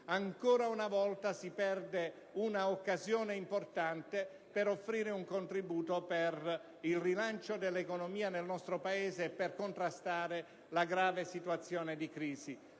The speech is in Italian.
Ancora una volta si perde un'occasione importante per offrire un contributo per il rilancio dell'economia nel nostro Paese e per contrastare la grave situazione di crisi;